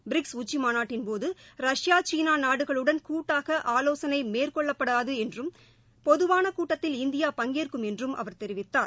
BRICS உச்சிமாநாட்டின் போது Russia சீனா நாடுகளுடன் கூட்டாக மேற்கொள்ளப்படாது என்றும் பொதுவாள கூட்டத்தில் இந்தியா பங்கேற்கும் என்றும் அவர் தெரிவித்தார்